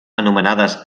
anomenades